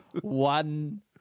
One